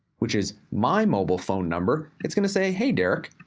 which is my mobile phone number, it's gonna say, hey, derek.